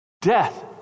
Death